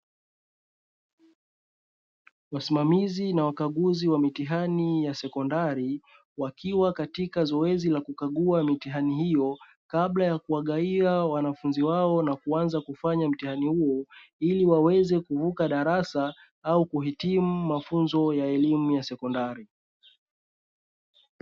Wasimamizi na wakaguzi wa mitihani ya sekondari, wakiwa katika zoezi la kukagua mitihani hiyo kabla ya kuwagawia wanafunzi wao na kuanza kufanya mtihani huo, ili waweze kuvuka darasa au kuhitimu mafunzo ya elimu ya sekondari.